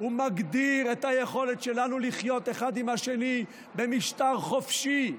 היא מגדירה את היכולת שלנו לחיות אחד עם השני במשטר חופשי,